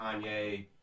Kanye